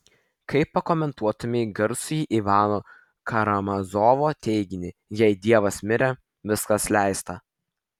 kaip pakomentuotumei garsųjį ivano karamazovo teiginį jei dievas mirė viskas leista